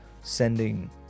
sending